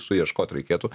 suieškot reikėtų